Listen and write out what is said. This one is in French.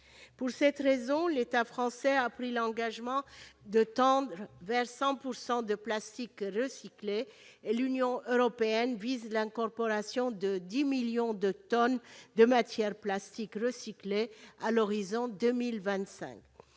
Pour cette raison, l'État français a pris l'engagement de tendre vers 100 % de plastique recyclé et l'Union européenne vise l'incorporation de 10 millions de tonnes de matière plastique recyclée à l'horizon 2025.